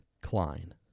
Klein